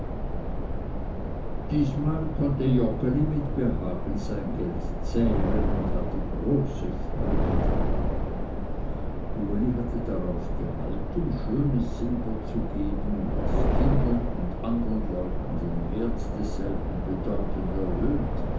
diesmal konnte joggeli mit behagen sein geld zählen und hatte große freude daran uli hatte darauf gehalten schönes silber zu geben was kindern und andern leuten den wert desselben bedeutend erhöht